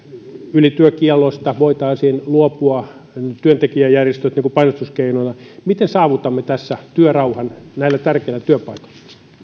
ylityökiellosta voitaisiin luopua työntekijäjärjestöjen painostuskeinona miten saavutamme tässä työrauhan näillä tärkeillä työpaikoilla